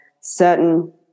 certain